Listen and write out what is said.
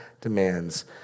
demands